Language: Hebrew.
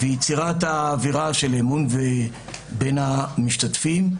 ויצירת האווירה של אמון בין המשתתפים,